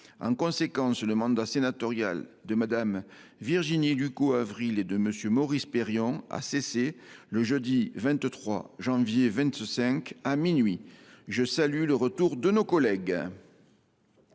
En conséquence, le mandat sénatorial de Mme Virginie Lucot Avril et de M. Maurice Perrion a cessé le jeudi 23 janvier 2025 à minuit. Je salue le retour de nos collègues.